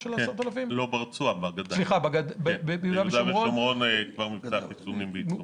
כן, ביהודה ושומרון מבצע החיסונים בעיצומו.